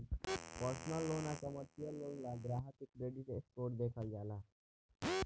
personal loan आ commercial loan ला ग्राहक के क्रेडिट स्कोर देखल जाला